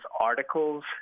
articles